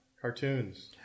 Cartoons